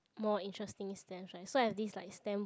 more interesting stamps right so I have this like stamp book